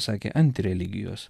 sakė ant religijos